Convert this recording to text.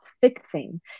fixing